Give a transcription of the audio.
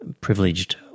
privileged